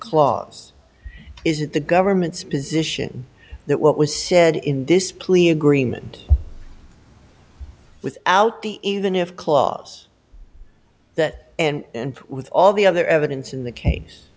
clause is it the government's position that what was said in this plea agreement without the even if clause that and with all the other evidence in the case